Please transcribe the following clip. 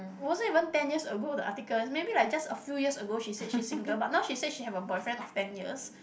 wasn't even ten years ago the article maybe like just a few years ago she says she single but not she says she have a boyfriend of ten years